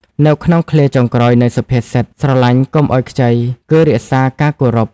នៅក្នុងឃ្លាចុងក្រោយនៃសុភាសិត "ស្រឡាញ់កុំឲ្យខ្ចី" គឺ "រក្សាការគោរព"។